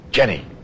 Jenny